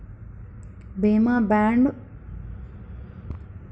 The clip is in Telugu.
బీమా బాండ్ మిస్ అయితే ఏం చేయాలి?